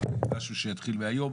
משהו שיתחיל היום,